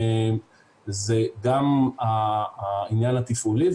גם העניין התפעולי,